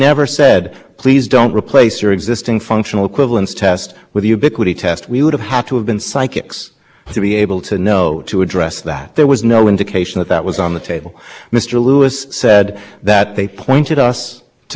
telephone network is a combination of the local exchange network and the inner exchange network in foreign networks but what's characteristic of those is you can they're combinable because you can enter on any point and reach somebody on any point and that's not true of the frankenstein monster network